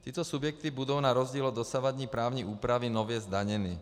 Tyto subjekty budou na rozdíl od dosavadní právní úpravy nově zdaněny.